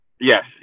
yes